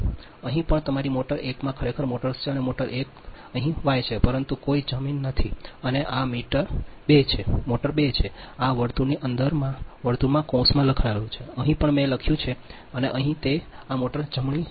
અહીં પણ તમારી મોટર 1 આ ખરેખર મોટર્સ છે આ મોટર 1 અહીં વાય છે પરંતુ કોઈ જમીન નથી અને આ મોટર 2 છે આ 2 વર્તુળની અંદરના વર્તુળમાં કૌંસમાં લખાયેલું છે અહીં પણ મેં 1 લખ્યું છે અને અહીં તે આ મોટર જમણી